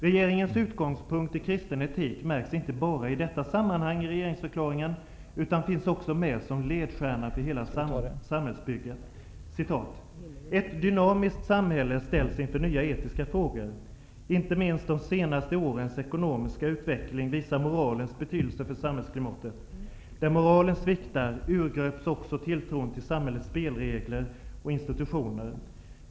Regeringens utgångspunkt i kristen etik märks inte bara i detta sammanhang i regeringsförklaringen utan finns också med som ledstjärna för hela samhällsbygget: ''Ett dynamiskt samhälle ställs inför nya etiska frågor. Inte minst de senaste årens ekonomiska utveckling visar moralens betydelse för samhällsklimatet. Där moralen sviktar, urgröps också tilltron till samhällets spelregler och institutioner.